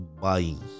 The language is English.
buying